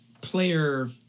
player